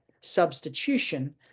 substitution